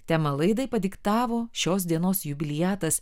temą laidai padiktavo šios dienos jubiliatas